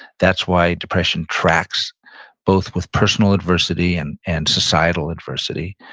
that's why depression tracks both with personal adversity and and societal adversity,